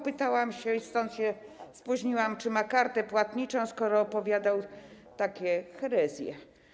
Pytałam, i dlatego się spóźniłam, czy ma kartę płatniczą, skoro opowiadał takie herezje.